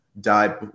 Died